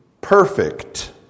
Perfect